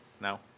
No